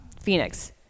Phoenix